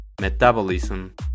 metabolism